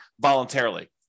voluntarily